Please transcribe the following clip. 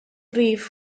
rhif